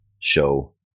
show